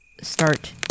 start